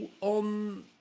on